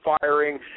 firing